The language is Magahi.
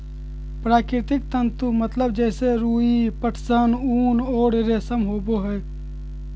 प्राकृतिक तंतु मतलब जैसे रुई, पटसन, ऊन और रेशम होबो हइ